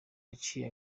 yaciye